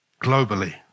globally